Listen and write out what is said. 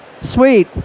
Sweet